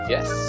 Yes